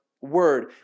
word